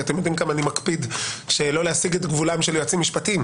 כי אתם יודעים כמה אני מקפיד שלא להסיג את גבולם של יועצים משפטיים.